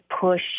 push